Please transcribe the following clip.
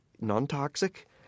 non-toxic